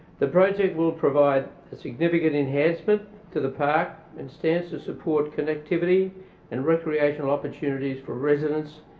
the project will provide significant enhancement to the park and stands to support connectivity and recreational opportunities for residents,